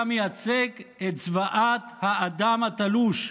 אתה מייצג את זוועת האדם התלוש.